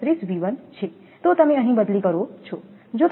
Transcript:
31𝑉1 છે તો તમે અહીં બદલી કરો છો